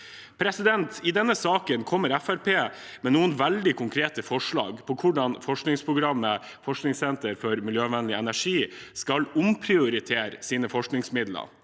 energifeltet. I denne saken kommer Fremskrittspartiet med noen veldig konkrete forslag på hvordan forskningsprogrammet Forskningssentre for miljøvennlig energi, FME, skal omprioritere sine forskningsmidler.